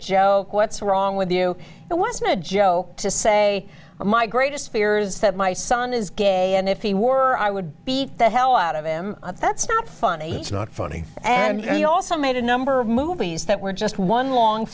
joke what's wrong with you it was a joke to say my greatest fear is that my son is gay and if he were i would beat the hell out of him that's not funny it's not funny and he also made a number of movies that were just one long